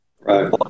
Right